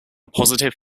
positive